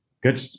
good